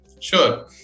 Sure